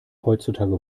heutzutage